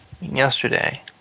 Yesterday